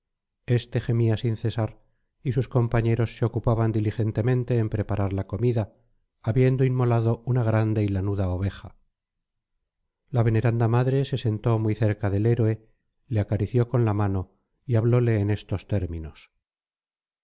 éste gemía sin cesar y sus compañeros se ocupaban diligentemente en preparar la comida habiendo inmolado una grande y lanuda oveja la veneranda madre se sentó muy cerca del héroe le acarició con la mano y hablóle en estos términos